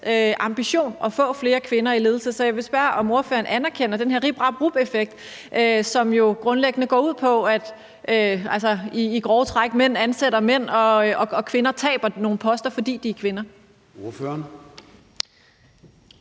ambition at få flere kvinder i ledelse. Så jeg vil spørge, om ordføreren anerkender, at der er den her Rip, Rap og Rup-effekt, som jo grundlæggende og i grove træk går ud på, at mænd ansætter mænd, og at kvinder taber nogle poster, fordi de er kvinder.